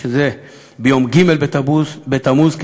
יום ג' בתמוז,